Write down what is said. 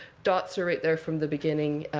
dots are right there from the beginning.